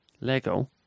Lego